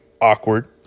awkward